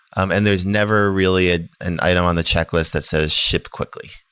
um and there's never really ah an item on the checklist that says, ship quickly.